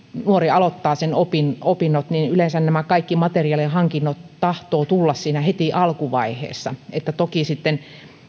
nuori aloittaa opinnot opinnot niin yleensä nämä kaikki materiaalien hankinnat tahtovat tulla siinä heti alkuvaiheessa että toki sitten